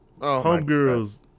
Homegirl's